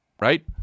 right